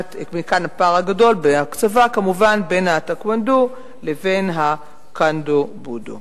בהקצבה, כמובן, בין הטקוונדו לבין הקנדו-בודו.